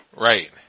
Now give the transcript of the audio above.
right